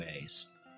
ways